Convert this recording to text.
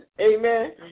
Amen